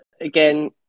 again